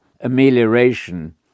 amelioration